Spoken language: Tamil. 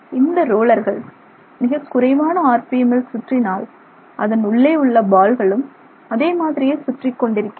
இந்த ரோலர்கள் மிகக்குறைவான ஆர்பிஎம் ல் சுற்றினால் அதன் உள்ளே உள்ள பால்களும் அதே மாதிரியே சுற்றிக்கொண்டு இருக்கின்றன